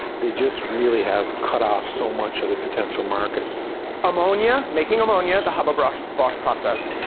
they just really have cut off so much of the potential markets ammonia, making ammonia, the haber bosch bosch process.